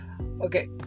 okay